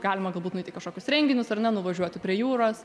galima galbūt nueiti į kažkokius renginius ar ne nuvažiuoti prie jūros